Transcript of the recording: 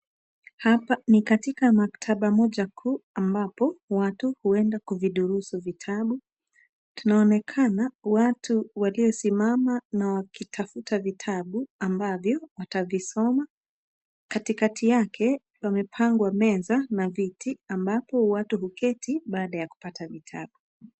Hapa ni katika maktaba moja kuu ambapo watu huenda kuvidurusu vitabu. Tunaonekana watu waliosimama na wakitafuta vitabu ambavyo watavisoma. Katikati yake pamepangwa meza na viti ambapo watu huketi baada ya kupata vitabu.